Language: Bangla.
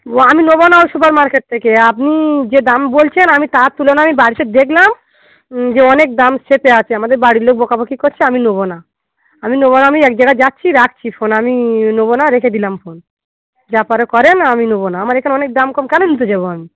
ও আমি নেবো না ওই সুপার মার্কেট থেকে আপনি যে দাম বলছেন আমি তার তুলনায় বাড়িতে দেখলাম যে অনেক দাম ছেপে আছে আমাদের বাড়ির লোক বকাবকি করছে আমি নেবো না আমি নেবো না আমি এক জাগায় যাচ্ছি রাখছি ফোন আমি নেবো না রেখে দিলাম ফোন যা পারো করেন আমি নেবো না আমার এখানে অনেক দাম কম কেন নিতে যাবো আমি